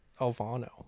Alvano